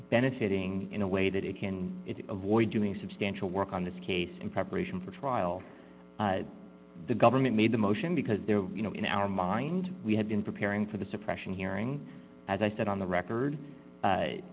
benefiting in a way that it can avoid doing substantial work on this case in preparation for a trial the government made the motion because there you know in our mind we have been preparing for the suppression hearing as i said on the record